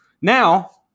Now